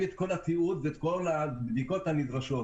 את כל התיעוד ואת כל הבדיקות הנדרשות.